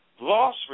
Loss